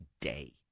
day